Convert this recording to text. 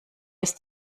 ist